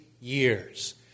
years